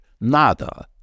Nada